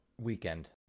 weekend